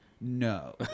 No